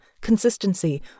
consistency